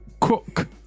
cook